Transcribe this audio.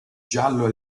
giallo